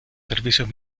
servicios